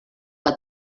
que